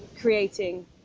creating